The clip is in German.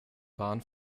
waren